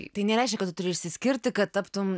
tai nereiškia kad turi išsiskirti kad taptum